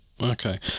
Okay